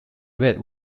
red